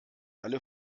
alle